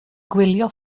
gwylio